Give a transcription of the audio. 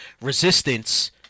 resistance